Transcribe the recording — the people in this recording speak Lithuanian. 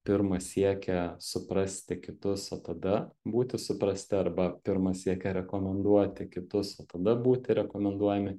pirma siekia suprasti kitus o tada būti suprasti arba pirma siekia rekomenduoti kitus o tada būti rekomenduojami